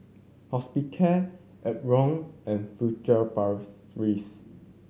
Hospicare Omron and Furtere